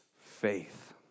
faith